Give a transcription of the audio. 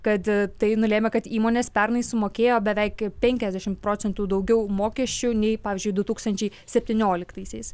kad tai nulėmė kad įmonės pernai sumokėjo beveik penkiasdešimt procentų daugiau mokesčių nei pavyzdžiui du tūkstančiai septynioliktaisiais